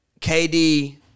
KD